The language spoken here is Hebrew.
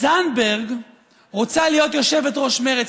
זנדברג רוצה להיות יושבת-ראש מרצ.